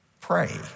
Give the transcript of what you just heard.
Pray